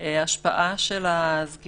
(4)בריכת זרמים (ג'קוזי) שהיא עסק